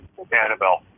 Annabelle